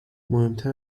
مهمتر